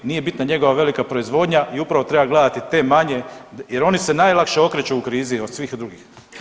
Nije bitna njegova velika proizvodnja i upravo treba gledati te manje, jer oni se najlakše okreću u krizi od svih drugih.